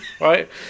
Right